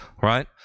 right